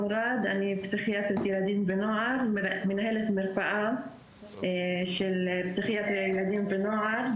תוכניות בין-משרדיות לליווי וטיפול באלפי פצועים